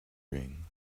rings